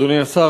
אדוני השר,